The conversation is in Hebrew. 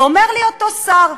ואומר לי אותו שר: